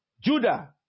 Judah